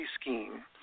scheme